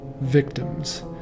Victims